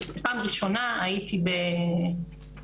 שפעם ראשונה הייתי באירוע,